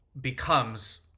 becomes